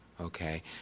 Okay